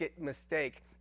mistake